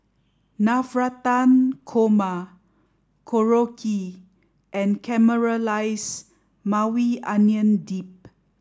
Navratan Korma Korokke and Caramelized Maui Onion Dip